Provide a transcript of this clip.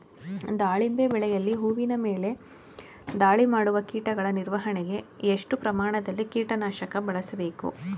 ದಾಳಿಂಬೆ ಬೆಳೆಯಲ್ಲಿ ಹೂವಿನ ಮೇಲೆ ದಾಳಿ ಮಾಡುವ ಕೀಟಗಳ ನಿರ್ವಹಣೆಗೆ, ಎಷ್ಟು ಪ್ರಮಾಣದಲ್ಲಿ ಕೀಟ ನಾಶಕ ಬಳಸಬೇಕು?